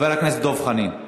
חבר הכנסת דב חנין.